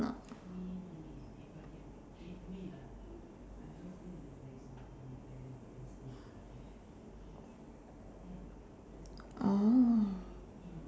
oh